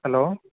hello